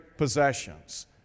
possessions